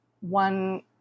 One